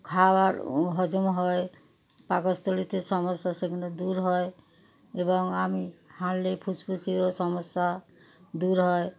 খাবার হজম হয় পাকস্থলীতে সমস্যা সেগুলো দূর হয় এবং আমি হাঁটলে ফুসফুসেরও সমস্যা দূর হয়